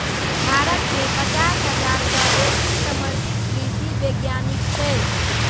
भारत मे पचास हजार सं बेसी समर्पित कृषि वैज्ञानिक छै